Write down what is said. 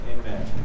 Amen